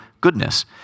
goodness